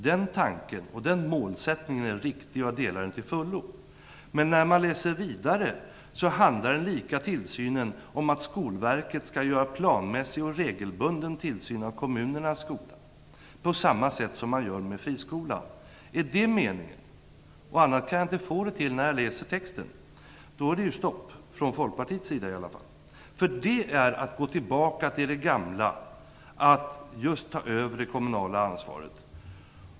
Den tanken och den målsättningen är riktig, och jag delar detta till fullo. Men när man läser vidare gäller den likartade tillsynen att Skolverket skall ha en planmässig och regelbunden tillsyn av de kommunala skolorna, på samma sätt som man gör med friskolorna. Är detta meningen - jag kan inte få det till något annat när jag läser texten - är det stopp, åtminstone från Folkpartiets sida. Det är att gå tillbaka till det gamla och att ta över det kommunala ansvaret.